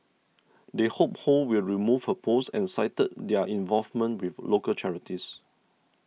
they hope Ho will remove her post and cited their involvement with local charities